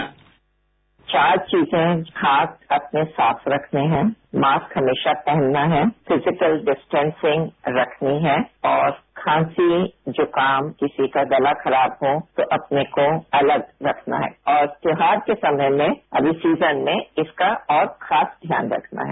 sound bite चार चीजे हाथ अपने साफ रखने है मास्क हमेशा पहनना है फिजिकल डिस्टॅसिंग रखनी है और खांसी जूखाम किसी का गला खराब हो तो अपने को अलग रखना है और त्योहार के समय में अभी सीजन में इसका और खास ध्यान रखना है